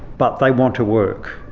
but they want to work,